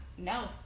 No